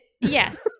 Yes